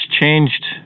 changed